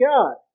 God